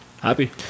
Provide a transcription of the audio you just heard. happy